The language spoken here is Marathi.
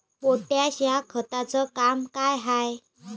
पोटॅश या खताचं काम का हाय?